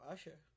Usher